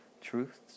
truths